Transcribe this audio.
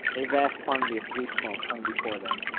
a vast quantity of blue smoke hung before them.